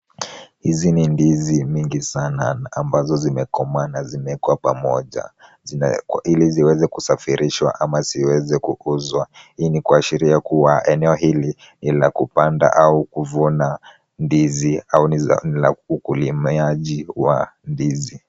Hizi ni ndizi mingi sana ambazo zimekoma na zimekwama moja, zinaekwa ili ziweze kusafirishwa ama ziweze kuuzwa. Hii ni kwa sheria kuwa eneo hili ni la kupanda au kuvuna ndizi au ni la kukulimiaji wa ndizi.